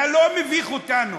אתה לא מביך אותנו,